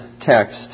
text